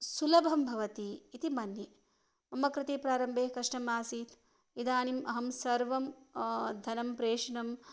सुलभं भवति इति मन्ये मम कृते प्रारम्भे कष्टमासीत् इदानीम् अहं सर्वं धनं प्रेषणं